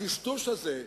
הטשטוש הזה,